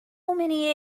many